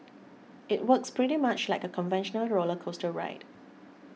it works pretty much like a conventional roller coaster ride